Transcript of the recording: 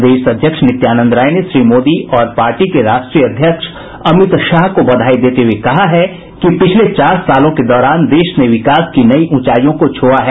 प्रदेश अध्यक्ष नित्यानंद राय ने श्री मोदी और पार्टी के राष्ट्रीय अध्यक्ष अमित शाह को बधाई देते हुये कहा है कि पिछले चार सालों के दौरान देश ने विकास की नई ऊंचाईयों को छुआ है